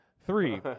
Three